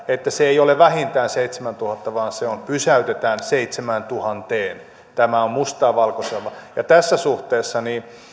että se ei ole vähintään seitsemäntuhannen vaan se pysäytetään seitsemääntuhanteen tästä on mustaa valkoisella ja tässä suhteessa